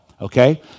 Okay